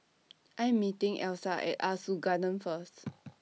I Am meeting Elsa At Ah Soo Garden First